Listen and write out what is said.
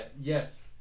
yes